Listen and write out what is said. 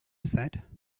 said